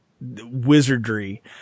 wizardry